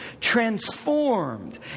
transformed